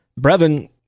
Brevin